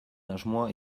asmoa